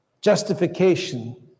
justification